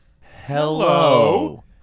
Hello